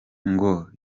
ngo